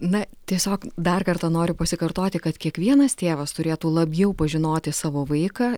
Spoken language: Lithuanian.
na tiesiog dar kartą noriu pasikartoti kad kiekvienas tėvas turėtų labiau pažinoti savo vaiką